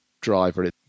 driver